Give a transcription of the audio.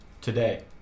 today